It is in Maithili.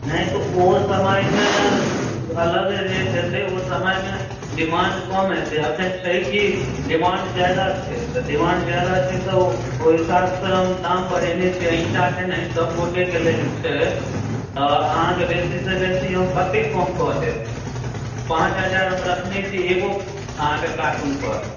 नहि तऽ ओ समयमे अलग रेट हेतै ओ समयमे डिमांड कम हेतै अखन छै की डिमांड जादा छै तऽ डिमांड जादा छै तऽ ओहि हिसाबसे हम दाम बढ़ेने छियै अहिंटाके नहि सभगोटेके लेल ई छै अहाँके बेसीसँ बेसी हम कते कम कऽ देब पाँच हजार हम रखने छी एगो अहाँके कार्टून पर